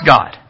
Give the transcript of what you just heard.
God